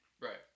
Right